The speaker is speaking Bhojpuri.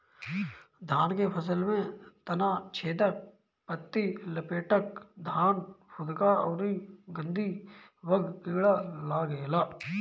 धान के फसल में तना छेदक, पत्ति लपेटक, धान फुदका अउरी गंधीबग कीड़ा लागेला